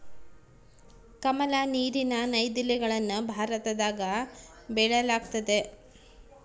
ಕಮಲ, ನೀರಿನ ನೈದಿಲೆಗಳನ್ನ ಭಾರತದಗ ಬೆಳೆಯಲ್ಗತತೆ